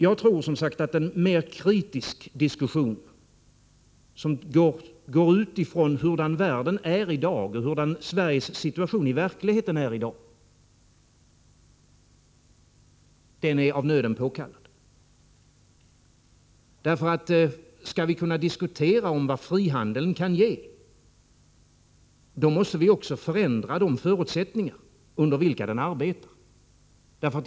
Jag tror, som sagt, att mer kritisk diskussion som utgår ifrån hur Sveriges situation i verkligheten är i dag är av nöden påkallad. Skall vi kunna diskutera om vad frihandeln kan ge, måste vi förändra de förutsättningar under vilka den arbetar.